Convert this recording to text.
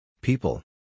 People